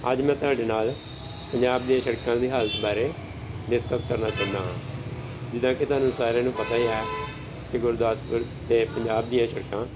ਅੱਜ ਮੈਂ ਤੁਹਾਡੇ ਨਾਲ ਪੰਜਾਬ ਦੀਆਂ ਸੜਕਾਂ ਦੀ ਹਾਲਤ ਬਾਰੇ ਡਿਸਕਸ ਕਰਨਾ ਚਾਹੁੰਦਾ ਹਾਂ ਜਿੱਦਾਂ ਕਿ ਤੁਹਾਨੂੰ ਸਾਰਿਆਂ ਨੂੰ ਪਤਾ ਆ ਕਿ ਗੁਰਦਾਸਪੁਰ ਅਤੇ ਪੰਜਾਬ ਦੀਆਂ ਸੜਕਾਂ